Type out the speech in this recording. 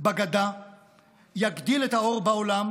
בגדה יגדיל את האור בעולם,